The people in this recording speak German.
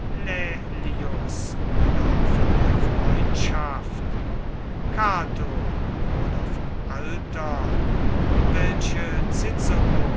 laelius oder von der freundschaft cato oder vom alter welche cicero